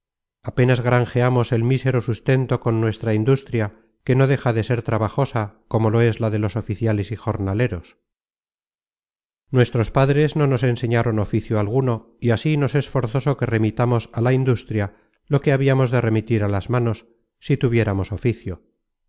apenas granjeamos el mísero sustento con nuestra industria que no deja de ser trabajosa como lo es la de los oficiales y jornaleros nuestros padres no nos enseñaron oficio alguno y así nos es forzoso que remitamos a la industria lo que habiamos de remitir á las manos si tuviéramos oficio